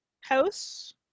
House